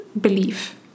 belief